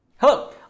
Hello